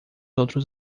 outros